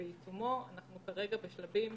נעשים בה שימושים